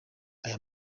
aya